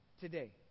today